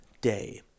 day